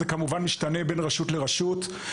זה כמובן משתנה בין רשות לרשות.